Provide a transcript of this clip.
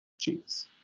Cheese